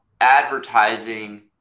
advertising